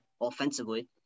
offensively